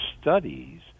studies